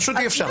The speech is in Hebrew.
פשוט אי-אפשר.